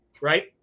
right